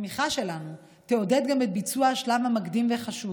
התמיכה שלנו תעודד גם את ביצוע השלב המקדים והחשוב